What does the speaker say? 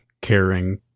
caring